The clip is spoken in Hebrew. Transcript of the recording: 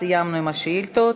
סיימנו עם השאילתות.